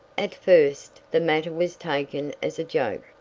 at first the matter was taken as a joke,